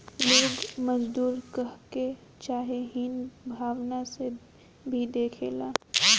लोग मजदूर कहके चाहे हीन भावना से भी देखेला